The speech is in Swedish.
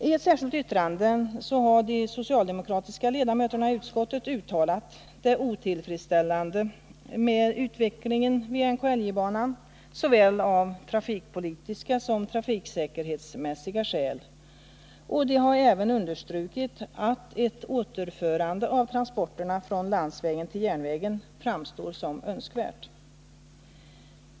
I ett särskilt yttrande har de socialdemokratiska ledamöterna i utskottet uttalat att utvecklingen vid NKLJ-banan såväl av trafikpolitiska som av trafiksäkerhetsmässiga skäl är otillfredsställande, och de har även understrukit att ett återförande av transporterna från landsvägen till järnvägen framstår som önskvärt.